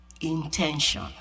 intention